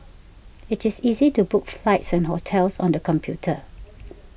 it is easy to book flights and hotels on the computer